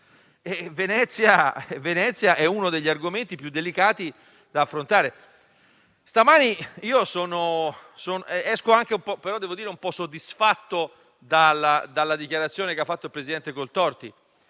è Venezia, uno degli argomenti più delicati da affrontare. Devo dire che sono anche un po' soddisfatto della dichiarazione che ha fatto il presidente Coltorti: